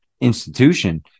institution